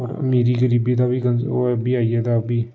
होर अमीरी गरीबी दा बी कनस ओह् बी आई गेदा ओह् बी